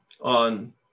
on